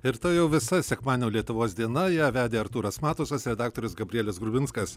ir tai jau visa sekmadienio lietuvos diena ją vedė artūras matusas redaktorius gabrielius grubinskas